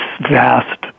vast